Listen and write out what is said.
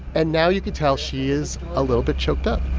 and now you can tell she is a little bit choked up